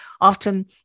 often